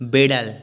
বিড়াল